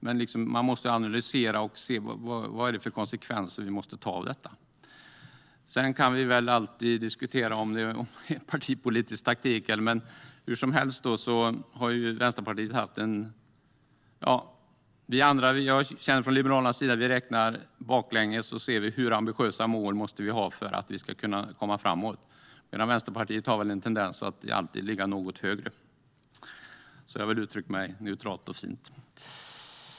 Men man måste analysera och se vad som blir konsekvenserna av det. Vi kan alltid diskutera om det är partipolitisk taktik. Vi i Liberalerna räknar baklänges och ser hur ambitiösa mål vi måste ha för att komma framåt medan Vänsterpartiet har en tendens att alltid ligga något högre. Då har jag uttryckt mig neutralt och fint.